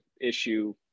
issue